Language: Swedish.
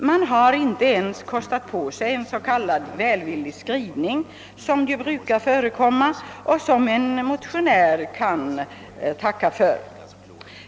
Man har inte ens kostat på sig en s.k. välvillig skrivning, som ju brukar förekomma och som en motionär kan vara tacksam för.